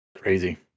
Crazy